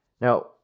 Now